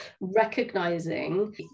recognizing